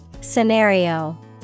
Scenario